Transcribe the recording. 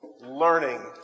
Learning